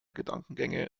gedankengänge